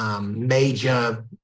major